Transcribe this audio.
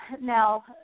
Now